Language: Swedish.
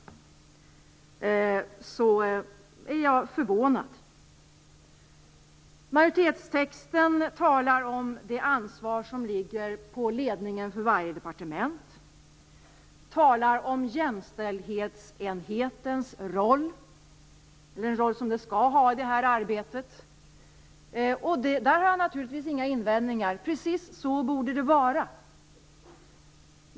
Majoritetstexten talar om det ansvar som ligger på ledningen för varje departement. Den talar också om jämställdhetsenhetens roll, den roll som jämställdhetsenheten skall ha i det här arbetet. Där har jag naturligtvis inga invändningar. Precis så borde det vara.